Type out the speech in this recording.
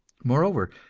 moreover,